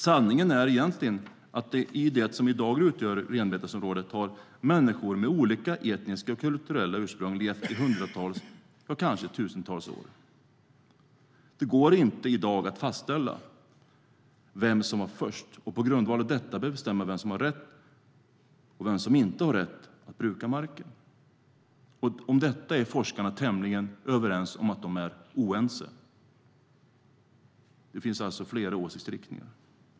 Sanningen är egentligen att människor med olika etniska och kulturella ursprung har levt i det som i dag utgör renbetesområden i hundratals och kanske tusentals år. Det går inte att i dag fastställa vem som var först och på grundval av detta bestämma vem som har rätt och vem som inte har rätt att bruka marken. Detta är forskarna tämligen överens om att de är oense om. Det finns alltså flera åsiktsriktningar.